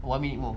one minute more